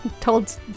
told